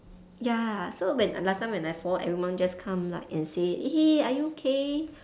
ya so when last time when I fall everyone would just come and say like are you okay